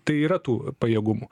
tai yra tų pajėgumų